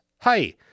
Hi